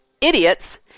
idiots